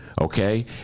Okay